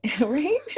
right